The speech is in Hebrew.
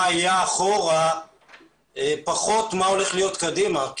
היה אחורה ופחות מה הולך להיות קדימה.